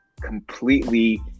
completely